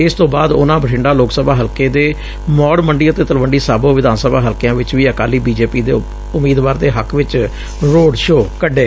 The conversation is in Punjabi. ਇਸ ਤੋਂ ਬਾਅਦ ਉਨ੍ਹਾਂ ਬਠਿੰਡਾ ਲੋਕ ਸਭਾ ਹਲਕੇ ਦੇ ਮੋੜ ਮੰਡੀ ਅਤੇ ਤਲਵੰਡੀ ਸਾਬੋ ਵਿਧਾਨ ਸਭਾ ਹਲਕਿਆਂ ਵਿਚ ਵੀ ਅਕਾਲੀ ਬੀਜੇਪੀ ਦੇ ਉਮੀਦਵਾਰ ਦੇ ਹੱਕ ਚ ਰੋਡ ਸ਼ੋਅ ਕੱਢੇ